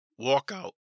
walkout